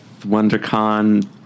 WonderCon